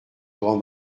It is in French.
grand